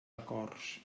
acords